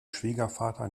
schwiegervater